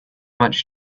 much